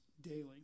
daily